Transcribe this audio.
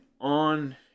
on